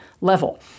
level